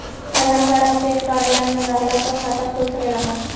आधार card आ PAN card ना रहला पर खाता खुल सकेला का?